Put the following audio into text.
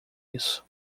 isso